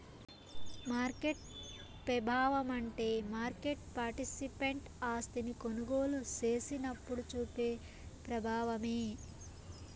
market పెబావమంటే market participant ఆస్తిని కొనుగోలు సేసినప్పుడు సూపే ప్రబావమే